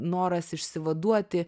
noras išsivaduoti